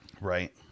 right